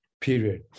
Period